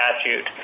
statute